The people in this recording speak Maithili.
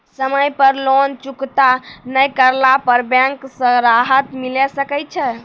समय पर लोन चुकता नैय करला पर बैंक से राहत मिले सकय छै?